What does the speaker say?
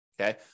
Okay